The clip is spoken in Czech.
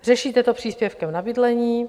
Řešíte to příspěvkem na bydlení.